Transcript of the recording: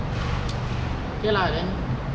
okay lah then